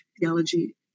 theology